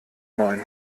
neun